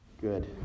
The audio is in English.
Good